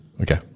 Okay